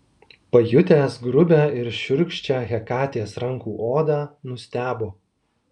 pajutęs grubią ir šiurkščią hekatės rankų odą nustebo